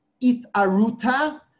it-aruta